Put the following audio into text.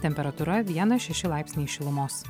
temperatūra vienas šeši laipsniai šilumos